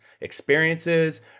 experiences